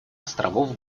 островов